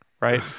Right